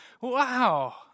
wow